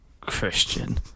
Christian